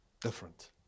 different